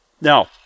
Now